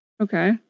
Okay